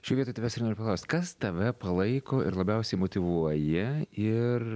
čia vietoj tavęs ir noriu paklaust kas tave palaiko ir labiausiai motyvuoja ir